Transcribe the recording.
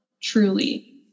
truly